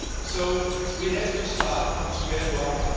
so we had to start from square one,